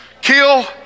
kill